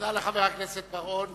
תודה לחבר הכנסת בר-און.